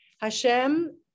Hashem